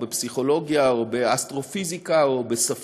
בפסיכולוגיה או באסטרופיזיקה או בספרות,